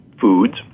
Foods